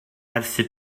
werthu